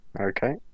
Okay